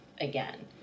again